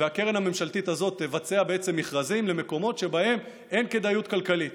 והקרן הממשלתית הזאת תבצע בעצם מכרזים למקומות שבהם אין כדאיות כלכלית